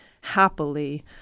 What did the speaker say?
happily